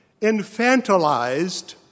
infantilized